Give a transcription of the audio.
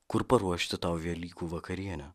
kur paruošti tau velykų vakarienę